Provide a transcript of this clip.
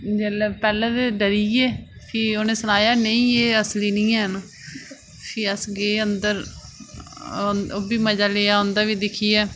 जेल्लै पैह्लें ते डरियै फ्ही उनें सनाया नेईं एह् असली निं हैन फ्ही अस गे अंदर ओह्बी मज़ा लेआ उंदा दिक्खियै